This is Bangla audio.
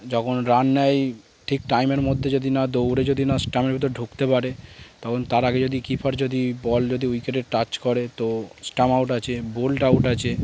যখন রান নেয় ঠিক টাইমের মধ্যে যদি না দৌড়ে যদি না স্টাম্পের ভিতর ঢুকতে পারে তখন তার আগে যদি কিপার যদি বল যদি উইকেটে টাচ করে তো স্টাম্প আউট আছে বোলড আউট আছে